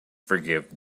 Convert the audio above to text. forgive